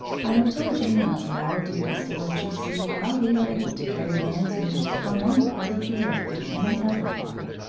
i have told you enough of our duties to let you see how we are able to carry man's news from one part of the earth to any other part.